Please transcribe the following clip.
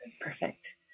perfect